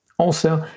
also,